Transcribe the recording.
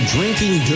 Drinking